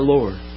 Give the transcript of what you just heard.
Lord